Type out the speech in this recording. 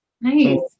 nice